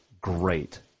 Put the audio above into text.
great